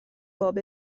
باب